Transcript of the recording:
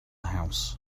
house